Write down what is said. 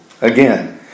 Again